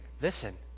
listen